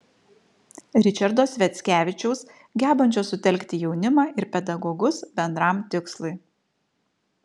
ričardo sviackevičiaus gebančio sutelkti jaunimą ir pedagogus bendram tikslui